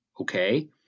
Okay